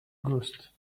ghost